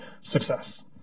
success